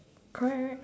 correct right